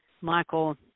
Michael